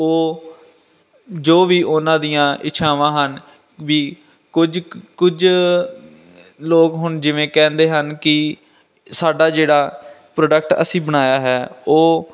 ਉਹ ਜੋ ਵੀ ਉਹਨਾਂ ਦੀਆਂ ਇੱਛਾਵਾਂ ਹਨ ਵੀ ਕੁਝ ਕੁਝ ਲੋਕ ਹੁਣ ਜਿਵੇਂ ਕਹਿੰਦੇ ਹਨ ਕਿ ਸਾਡਾ ਜਿਹੜਾ ਪ੍ਰੋਡਕਟ ਅਸੀਂ ਬਣਾਇਆ ਹੈ ਉਹ